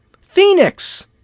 Phoenix